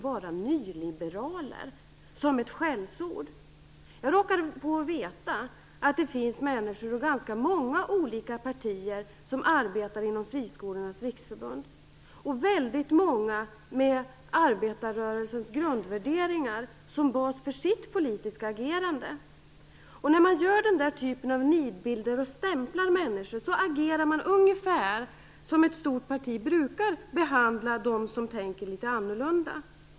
Han använder ordet som ett skällsord. Jag råkar veta att det finns människor och ganska många olika partier som arbetar inom Friskolornas riksförbund. Väldigt många av dem har arbetarrörelsens grundvärderingar som bas för sitt politiska agerande. När man gör denna typ av nidbilder och stämplar människor agerar man ungefär som ett stort parti brukar behandla de människor som tänker litet annorlunda.